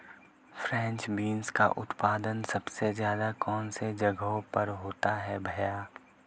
French beans का उत्पादन सबसे ज़्यादा कौन से जगहों पर होता है भैया?